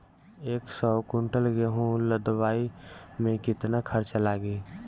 एक सौ कुंटल गेहूं लदवाई में केतना खर्चा लागी?